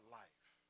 life